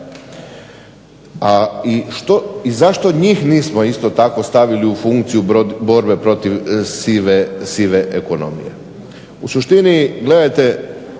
A zašto i njih nismo isto tako stavili u funkciju borbe protiv sive ekonomije? U suštini gledajte